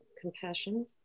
compassion